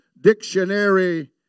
dictionary